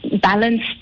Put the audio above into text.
balanced